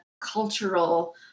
cultural